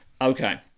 Okay